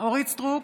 אורית מלכה סטרוק,